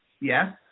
Yes